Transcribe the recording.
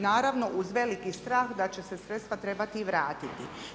Naravno uz veliki strah da će se sredstva trebati i vratiti.